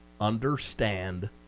understand